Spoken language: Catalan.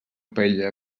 paella